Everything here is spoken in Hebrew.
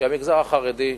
כי המגזר החרדי צריך,